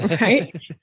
right